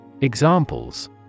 Examples